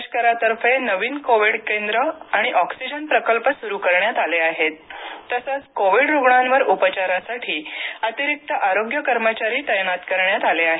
लष्करातर्फे नवीन कोविड केंद्र आणि ऑक्सीजन प्रकल्प सुरू करण्यात आले आहेत तसंच कोविड रुग्णावर उपचारासाठी अतिरिक्त आरोग्य कर्मचारी तैनात करण्यात आले आहेत